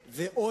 התייאש.